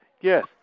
Yes